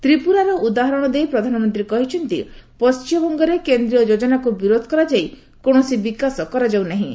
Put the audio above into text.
ତ୍ରିପୁରାର ଉଦାହରଣ ଦେଇ ପ୍ରଧାନମନ୍ତ୍ରୀ କହିଛନ୍ତି ପଣ୍ଟିମବଙ୍ଗରେ କେନ୍ଦ୍ରୀୟ ଯୋଜନାକୁ ବିରୋଧ କରାଯାଇ କୌଣସି ବିକାଶ କରାଯାଉ ନାହିଁ